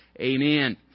Amen